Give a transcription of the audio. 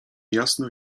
jasno